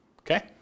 Okay